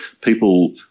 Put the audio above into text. people